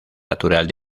natural